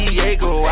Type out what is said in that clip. Diego